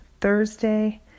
Thursday